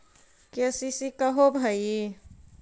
KCC का होव हइ?